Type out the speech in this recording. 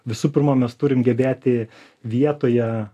visų pirma mes turim gebėti vietoje